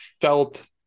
felt